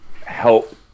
help